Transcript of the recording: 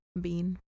bean